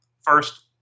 First